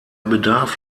bedarf